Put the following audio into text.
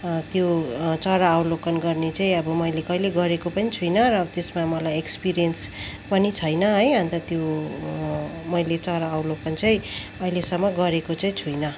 त्यो चरा अवलोकन गर्ने चाहिँ अब मैले कहिले गरको पनि छुइनँ र त्यसमा मलाई इक्सपिरियन्स पनि छैन है अन्त त्यो मैले चरा अवलोकन चाहिँ अहिलेसम्म गरेको चाहिँ छुइनँ